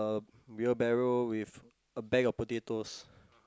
wheelbarrow with a bag of potatoes